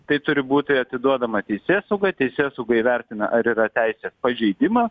tai turi būti atiduodama teisėsaugai teisėsauga įvertina ar yra teisės pažeidima